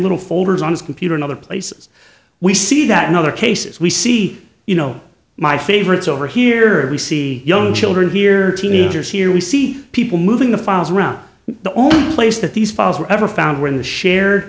little folders on his computer in other places we see that no other cases we see you know my favorites over here we see young children here teenagers here we see people moving the files around the only place that these files were ever found were in the share